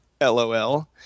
LOL